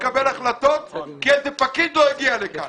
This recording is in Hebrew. לקבל החלטות כי איזה פקיד לא הגיע לכאן?